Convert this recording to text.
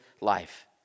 life